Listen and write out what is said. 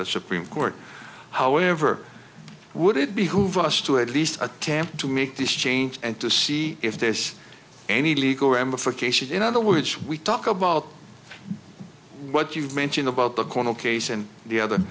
the supreme court however would it behoove us to at least attempt to make this change and to see if there's any legal ramifications in other words we talk about what you've mentioned about the cornal case and the other